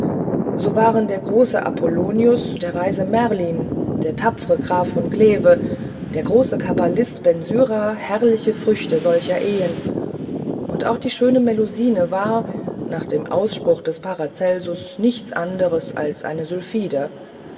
so waren der große apollonius der weise merlin der tapfre graf von cleve der große kabbalist bensyra herrliche früchte solcher ehen und auch die schöne melusine war nach dem ausspruch des parazelsus nichts anders als eine sylphide